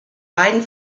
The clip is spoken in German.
beiden